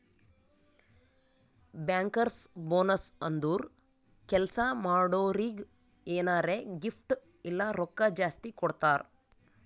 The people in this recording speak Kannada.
ಬ್ಯಾಂಕರ್ಸ್ ಬೋನಸ್ ಅಂದುರ್ ಕೆಲ್ಸಾ ಮಾಡೋರಿಗ್ ಎನಾರೇ ಗಿಫ್ಟ್ ಇಲ್ಲ ರೊಕ್ಕಾ ಜಾಸ್ತಿ ಕೊಡ್ತಾರ್